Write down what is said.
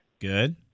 Good